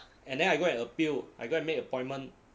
and then I go and appeal I go and make appointment